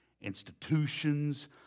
institutions